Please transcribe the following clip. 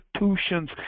institutions